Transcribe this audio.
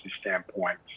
standpoint